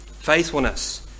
faithfulness